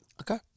Okay